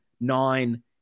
nine